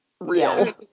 real